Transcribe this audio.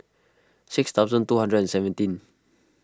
six thousand two hundred and seventeen